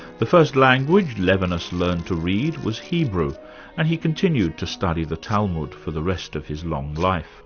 the first language levinas learned to read was hebrew and he continued to study the talmud for the rest of his long life.